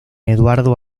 eduardo